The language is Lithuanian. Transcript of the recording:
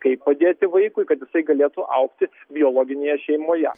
kaip padėti vaikui kad jisai galėtų augti biologinėje šeimoje